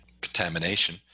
contamination